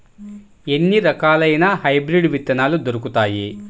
ఎన్ని రకాలయిన హైబ్రిడ్ విత్తనాలు దొరుకుతాయి?